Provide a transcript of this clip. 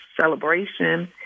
celebration